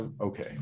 Okay